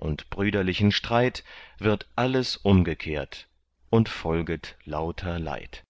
und brüderlichen streit wird alles umgekehrt und folget lauter leid